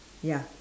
ya